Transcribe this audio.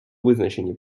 визначені